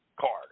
card